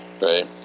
right